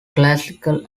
classical